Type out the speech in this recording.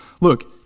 Look